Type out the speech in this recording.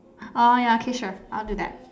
oh ya K sure I'll do that